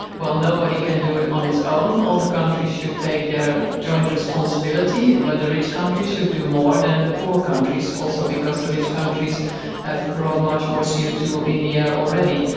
well, nobody can do it on its own, all the countries should take their joint responsibility and but the rich countries should do more than and and the poor countries, also because the rich countries have brought much more c o two in the air already.